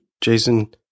Jason